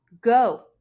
go